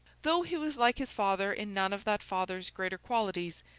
though he was like his father in none of that father's greater qualities,